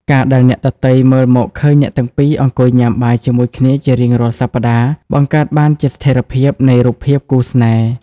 ការដែលអ្នកដទៃមើលមកឃើញអ្នកទាំងពីរអង្គុយញ៉ាំបាយជាមួយគ្នាជារៀងរាល់សប្ដាហ៍ បង្កើតបានជាស្ថិរភាពនៃរូបភាពគូស្នេហ៍។